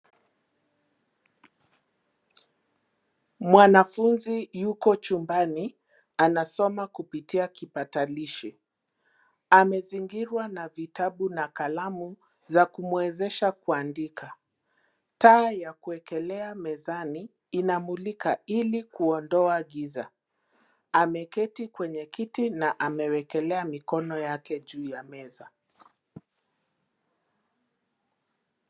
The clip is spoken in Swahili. Mwanafunzi yuko chumbani, anasoma kupitia kipatalishi. Amezingirwa na vitabu na kalamu, za kumwezesha kuandika. Taa ya kuekelea mezani, inamulika ili kuondoa giza. Ameketi kwenye kiti, na amewekelea mikono yake juu ya meza.